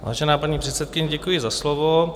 Vážená paní předsedkyně, děkuji za slovo.